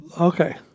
Okay